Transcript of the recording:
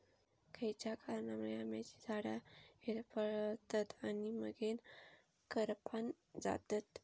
खयच्या कारणांमुळे आम्याची झाडा होरपळतत आणि मगेन करपान जातत?